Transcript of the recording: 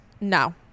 No